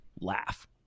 laugh